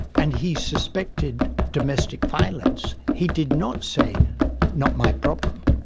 and he suspected domestic violence, he did not say not my problem.